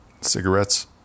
Cigarettes